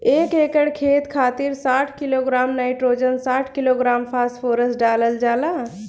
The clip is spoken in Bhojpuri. एक एकड़ खेत खातिर साठ किलोग्राम नाइट्रोजन साठ किलोग्राम फास्फोरस डालल जाला?